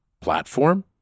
platform